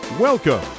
welcome